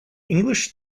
english